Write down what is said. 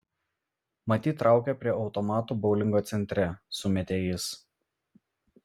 matyt traukia prie automatų boulingo centre sumetė jis